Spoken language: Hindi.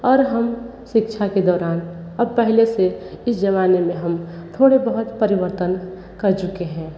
और हम शिक्षा के दौरान अब पहले से इस जवानी में हम थोड़े बहुत परिवर्तन कर चुके हैं